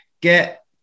get